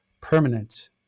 permanent